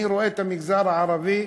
אני רואה את המגזר הערבי,